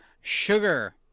sugar